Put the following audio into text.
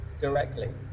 directly